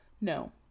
No